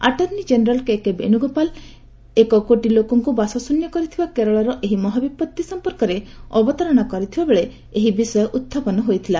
attorney general K K Venugopal ଏକ କୋଟିଲୋକଙ୍କୁ ବାସଶ୍ରନ୍ୟ କରିଥିବା କେରଳର ଏହି ମହାବିପତ୍ତି ସମ୍ପର୍କରେ ଅବତାରଣା କରିଥିବାବେଳେ ଏହି ବିଷୟ ଉତ୍ଥାପନ ହୋଇଥିଲା